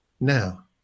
now